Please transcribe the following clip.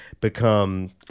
become